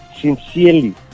sincerely